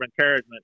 encouragement